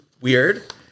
weird